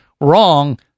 wrong